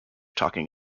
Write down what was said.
talking